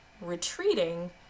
retreating